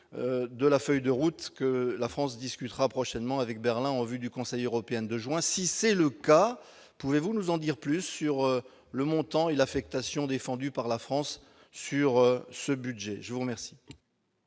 l'de la feuille de route que la France discutera prochainement avec Berlin en vue du Conseil européen de juin, si c'est le cas, pouvez-vous nous en dire plus sur le montant et l'affectation défendue par la France sur ce budget je vous remercie.